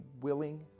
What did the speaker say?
willing